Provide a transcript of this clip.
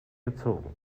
gezogen